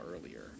earlier